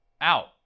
out